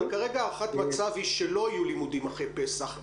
אבל כרגע הערכת מצב היא שלא יהיו לימודים אחרי פסח.